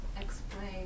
explain